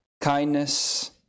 kindness